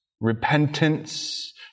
repentance